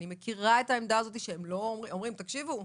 אני מכירה את העמדה הזאת שהם אומרים שאין